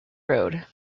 road